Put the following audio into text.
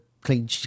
Clean